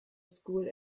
school